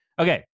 Okay